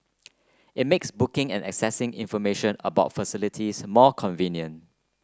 it makes booking and accessing information about facilities more convenient